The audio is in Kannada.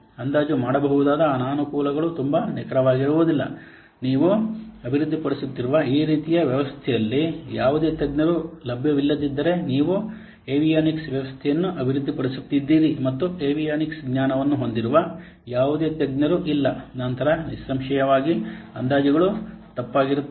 ಅಂದಾಜು ಮಾಡಬಹುದಾದ ಅನಾನುಕೂಲಗಳು ತುಂಬಾ ನಿಖರವಾಗಿರುವುದಿಲ್ಲ ನೀವು ಅಭಿವೃದ್ಧಿಪಡಿಸುತ್ತಿರುವ ಈ ರೀತಿಯ ವ್ಯವಸ್ಥೆಯಲ್ಲಿ ಯಾವುದೇ ತಜ್ಞರು ಲಭ್ಯವಿಲ್ಲದಿದ್ದರೆ ನೀವು ಏವಿಯಾನಿಕ್ಸ್ ವ್ಯವಸ್ಥೆಯನ್ನು ಅಭಿವೃದ್ಧಿಪಡಿಸುತ್ತಿದ್ದೀರಿ ಮತ್ತು ಏವಿಯಾನಿಕ್ಸ್ ಜ್ಞಾನವನ್ನು ಹೊಂದಿರುವ ಯಾವುದೇ ತಜ್ಞರು ಇಲ್ಲ ನಂತರ ನಿಸ್ಸಂಶಯವಾಗಿ ಅಂದಾಜುಗಳು ತಪ್ಪಾಗಿರುತ್ತವೆ